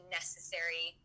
necessary